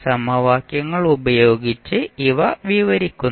സമവാക്യങ്ങൾ ഉപയോഗിച്ച് ഇവ വിവരിക്കുന്നു